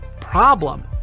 problem